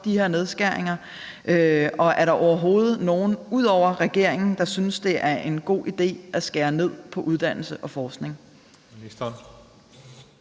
de her nedskæringer, og er der overhovedet nogen ud over regeringen, der synes, at det er en god idé at skære ned på uddannelse og forskning?